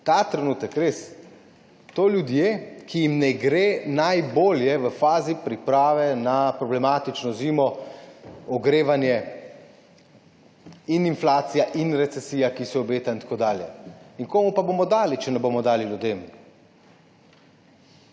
ta trenutek to ljudje, ki jim ne gre najbolje v fazi priprave na problematično zimo, ogrevanje, inflacijo in recesijo, ki se obeta. Komu pa bomo dali, če ne bomo dali ljudem?